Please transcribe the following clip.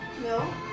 No